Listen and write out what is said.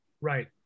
right